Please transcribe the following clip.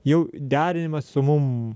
jau derinimas su mum